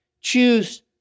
Choose